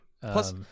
Plus